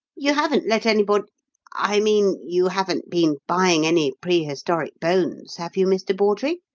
you haven't let anybody i mean, you haven't been buying any prehistoric bones, have you, mr. bawdrey?